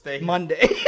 Monday